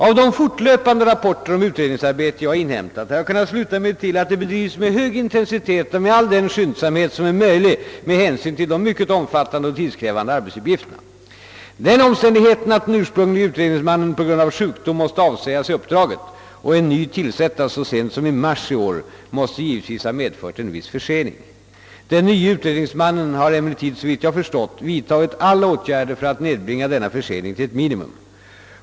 Av de fortlöpande rapporter om utredningsarbetet jag inhämtat har jag kunnat sluta mig till att det bedrivs med hög intensitet och med all den skyndsamhet som är möjlig med hänsyn till de mycket omfattande och tidskrävande arbetsuppgifterna, Den omständigheten att den ursprunglige utredningsmannen på grund av sjukdom måste avsäga sig uppdraget och en ny tillsättas så sent som i mars i år måste givetvis ha medfört en viss försening. Den nye utredningsmannen har emellertid såvitt jag förstått vidtagit alla åtgärder för att nedbringa denna försening till ett minimum.